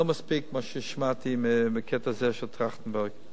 לא מספיק מה ששמעתי בקטע הזה של טרכטנברג.